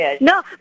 No